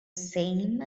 same